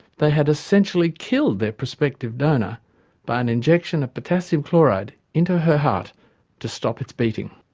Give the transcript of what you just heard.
they had essentially killed their prospective donor by an injection of potassium chloride into her heart to stop its beating.